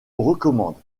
recommande